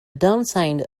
downside